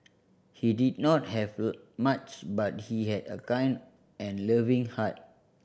he did not have much but he had a kind and loving heart